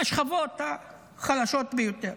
מהשכבות החלשות ביותר,